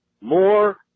more